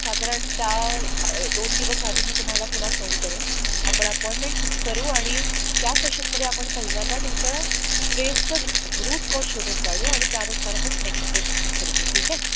साधारणतः दोन दिवस आधी मी तुम्हाला पुन्हा फोन करेन आपण अपॉइंटमेंट फिक्स करू आणि त्या सेशनमध्ये आपण पहिल्यांदा तुमच्या स्ट्रेसचं रूट कॉज शोधून काढू आणि त्यानुसार मग नेक्स स्टेप्स ठरवू ठीक आहे